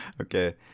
Okay